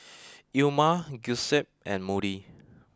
Ilma Giuseppe and Moody